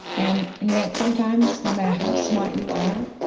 and and yet, sometimes, no matter how smart you are,